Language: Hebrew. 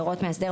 בהוראות מאסדר,